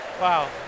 wow